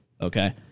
Okay